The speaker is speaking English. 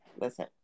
listen